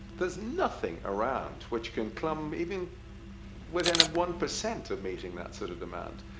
there's nothing around which can come even within one percent of meeting that sort of demand.